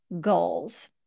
goals